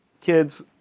kids